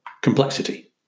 Complexity